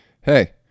hey